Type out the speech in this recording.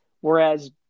whereas